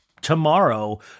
tomorrow